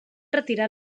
retirar